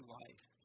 life